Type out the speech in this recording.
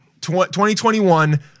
2021